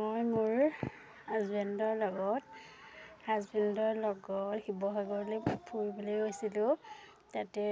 মই মোৰ হাজবেণ্ডৰ লগত হাজবেণ্ডৰ লগত শিৱসাগৰলৈ ফুৰিবলৈ গৈছিলোঁ তাতে